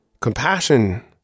Compassion